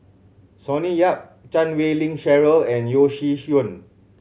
Sonny Yap Chan Wei Ling Cheryl and Yeo Shih Yun